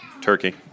Turkey